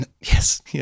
Yes